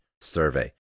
survey